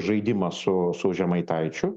žaidimą su su žemaitaičiu